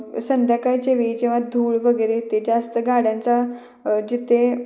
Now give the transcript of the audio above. संध्याकाच्या वेळी जेव्हा धूळ वगैरे येते जास्त गाड्यांचा जिथे